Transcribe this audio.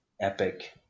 epic